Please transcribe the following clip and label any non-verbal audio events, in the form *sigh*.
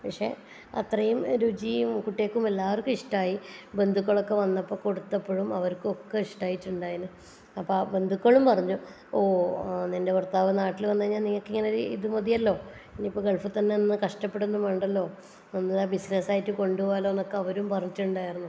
പക്ഷേ അത്രയും രുചിയും കുട്ടികൾക്കും എല്ലാവർക്കും ഇഷ്ടമായി ബന്ധുക്കളൊക്കെ വന്നപ്പോൾ കൊടുത്തപ്പോഴും അവർക്കൊക്കെ ഇഷ്ടമായിട്ടുണ്ടായിന് അപ്പോൾ ബന്ധുക്കളും പറഞ്ഞു ഓ നിൻ്റെ ഭർത്താവ് നാട്ടിൽ വന്നുകഴിഞ്ഞ നിനക്കിങ്ങനെ ഒരിത് മതിയല്ലോ ഇനിയിപ്പോൾ ഗൾഫിൽത്തന്നെ നിന്ന് കഷ്ടപ്പെടൊന്നും വേണ്ടല്ലോ *unintelligible* ബിസിനസ്സായിട്ട് കൊണ്ടുപോവാന്നൊക്കെ അവരും പറഞ്ഞിട്ടുണ്ടായിരുന്നു